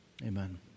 Amen